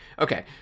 okay